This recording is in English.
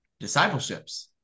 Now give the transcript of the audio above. discipleships